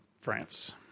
France